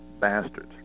bastards